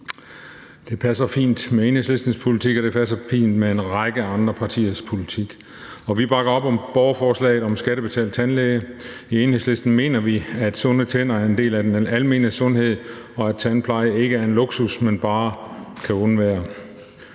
Det passer fint med Enhedslistens politik, og det passer fint med en række andre partiers politik. Vi bakker op om borgerforslaget om skattebetalt tandlæge. I Enhedslisten mener vi, at sunde tænder er en del af den almene sundhed, og at tandpleje ikke er en luksus, man bare kan undvære.